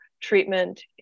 treatment